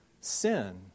sin